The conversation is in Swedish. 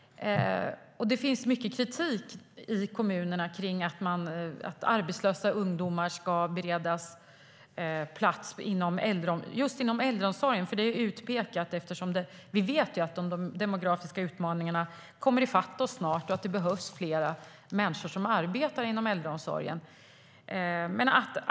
Det finns mycket kritik i kommunerna mot att arbetslösa ungdomar ska beredas plats inom just äldreomsorgen. Den är ju utpekad, eftersom vi vet att de demografiska utmaningarna snart kommer i fatt oss och att det behövs fler människor som arbetar inom äldreomsorgen.